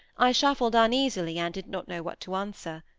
i shuffled uneasily and did not know what to answer.